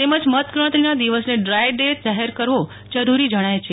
તેમજ મતગણતરીના દિવસને ડાય ડે જાહેર કરવો જરૂરો જણાય છે